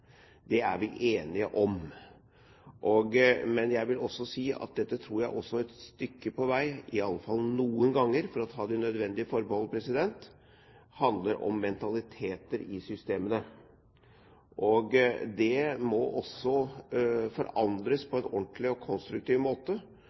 Det er vi enige om. Men jeg vil også si at jeg tror dette et stykke på vei – i alle fall noen ganger, for å ta de nødvendige forbehold – handler om mentaliteter i systemene. Dette må forandres på